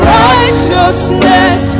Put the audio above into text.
righteousness